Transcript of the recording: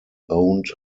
owned